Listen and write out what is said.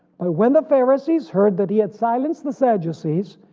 but when the pharisees heard that he had silenced the sadducees,